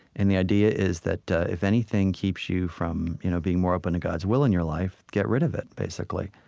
and the idea is that if anything keeps you from you know being more open to god's will in your life, get rid of it, basically.